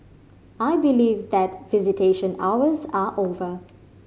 I believe that visitation hours are over